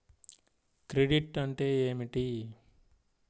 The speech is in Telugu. క్రెడిట్ అంటే ఏమిటి?